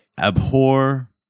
abhor